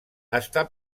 està